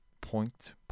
Point